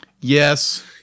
Yes